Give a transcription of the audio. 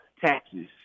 taxes